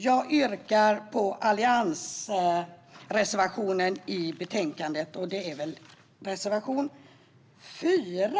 Jag yrkar bifall till reservation 4 från allianspartierna.